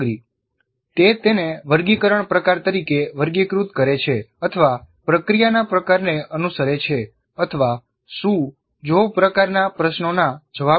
સામગ્રી તે તેને વર્ગીકરણ પ્રકાર તરીકે વર્ગીકૃત કરે છે અથવા પ્રક્રિયાના પ્રકારને અનુસરે છે અથવા શું જો પ્રકારના પ્રશ્નોના જવાબ આપે છે